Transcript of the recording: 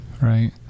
Right